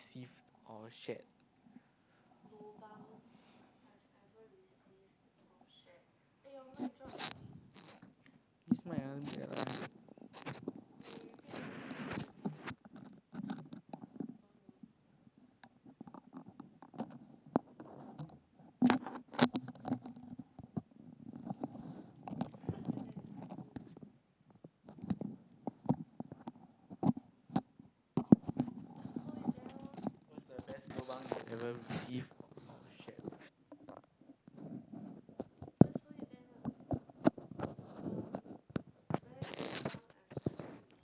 received or shared